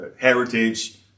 heritage